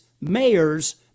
mayor's